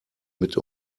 mit